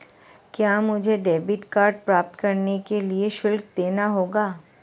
क्या मुझे debit card प्राप्त करने के लिए शुल्क देना होगा?